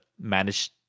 manage